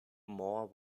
moore